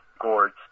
gourds